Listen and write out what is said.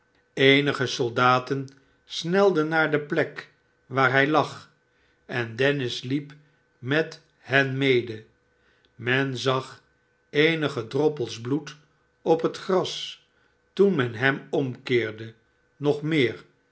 eenige soldaten snelden naar de plek waar hij lag en dennis liep met hen mede men zag eenige droppels bloed op het gras toen men hem omkeerde nog meer